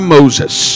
Moses